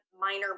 minor